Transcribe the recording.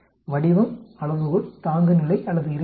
வடிவம் அளவுகோள் தாங்குநிலை அல்லது இருப்பிடம்